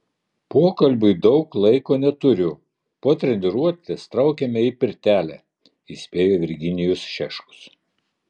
pokalbiui daug laiko neturiu po treniruotės traukiame į pirtelę įspėjo virginijus šeškus